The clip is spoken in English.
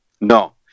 No